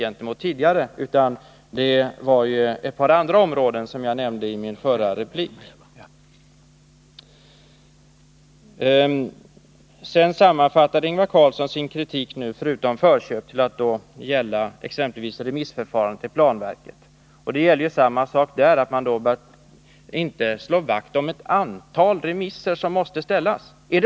Däremot har detta skett på ett par andra områden, som jag nämnde i min förra replik. Sedan sammanfattade Ingvar Carlsson sin kritik — förutom när det gäller förköp — till att gälla exempelvis remissförfarandet vid planverket. Men samma sak gäller där: man bör inte slå vakt om att ett visst antal remisser skall ges.